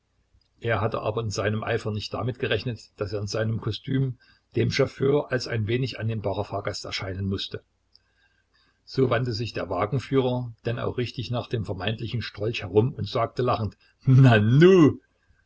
er hatte aber in seinem eifer nicht damit gerechnet daß er in seinem kostüm dem chauffeur als ein wenig annehmbarer fahrgast erscheinen mußte so wandte sich der wagenführer denn auch richtig nach dem vermeintlichen strolch herum und sagte lachend